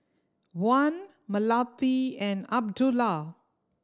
Wan Melati and Abdullah